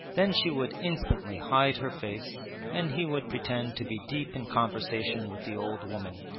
then she would instantly hide her face and he would pretend to be deep in conversation with the old woman,